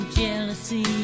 jealousy